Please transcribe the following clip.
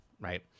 Right